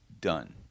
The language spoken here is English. done